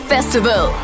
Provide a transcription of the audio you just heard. Festival